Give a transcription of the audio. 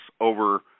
over